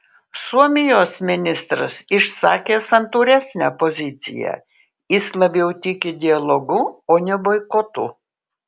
suomijos ministras išsakė santūresnę poziciją jis labiau tiki dialogu o ne boikotu